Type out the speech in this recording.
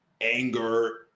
anger